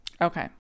Okay